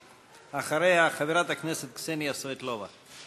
אחריה, חברת הכנסת קסניה סבטלובה.